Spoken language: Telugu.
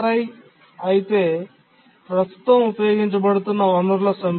CRi అయితే ప్రస్తుతం ఉపయోగించబడుతున్న వనరుల సమితి